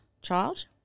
child